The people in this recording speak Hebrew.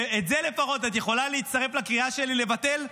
ובזה לפחות את יכולה להצטרף לקריאה שלי לבטל,